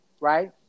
right